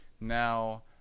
Now